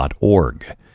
org